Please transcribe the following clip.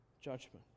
judgment